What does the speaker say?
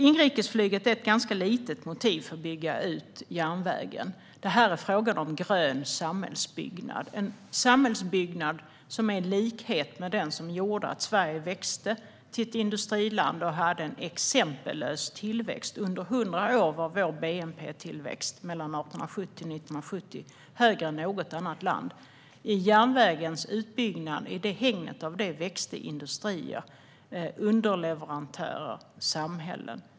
Inrikesflyget är ett ganska litet motiv för att bygga ut järnvägen. Det handlar om grön samhällsbyggnad, en samhällsbyggnad som är i likhet med den som gjorde att Sverige växte till ett industriland och hade en exempellös tillväxt. Under 100 år, mellan 1870 och 1970, var vår bnp-tillväxt högre än något annat lands. I hägnet av järnvägens utbyggnad växte industrier, underleverantörer och samhällen.